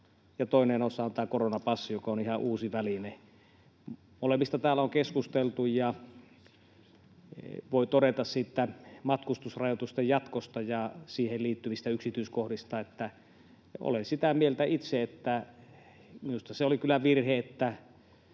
toinen osa on tämä koronapassi, joka on ihan uusi väline. Molemmista täällä on keskusteltu, ja voin todeta siitä matkustusrajoitusten jatkosta ja siihen liittyvistä yksityiskohdista, että olen sitä mieltä itse, että minusta se oli kyllä virhe, että